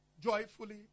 joyfully